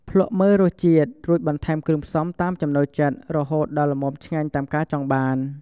ភ្លក្សមើលរសជាតិ រួចបន្ថែមគ្រឿងផ្សំតាមចំណូលចិត្ត រហូតដល់ល្មមឆ្ងាញ់តាមការចង់បាន។